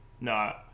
No